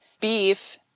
beef